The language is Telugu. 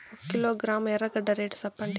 ఒక కిలోగ్రాము ఎర్రగడ్డ రేటు సెప్పండి?